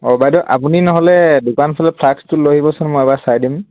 আৰু বাইদেউ আপুনি নহ'লে দোকানফালে ফ্লাক্সটো লৈ আহিবচোন মই এবাৰ চাই দিম